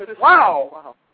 Wow